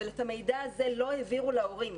אבל את המידע הזה לא העבירו להורים.